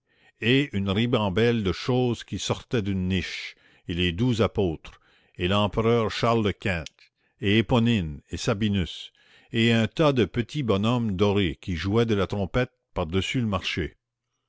et une ribambelle de choses qui sortaient d'une niche et les douze apôtres et l'empereur charles-quint et éponine et sabinus et un tas de petits bonshommes dorés qui jouaient de la trompette par-dessus le marché